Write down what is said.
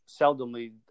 seldomly